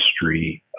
history